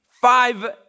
five